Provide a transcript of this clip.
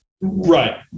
Right